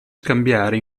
scambiare